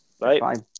Right